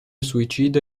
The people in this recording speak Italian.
suicida